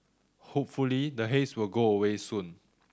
hopefully the haze will go away soon